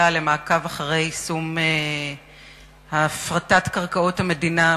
למעקב אחרי יישום הפרטת קרקעות המדינה,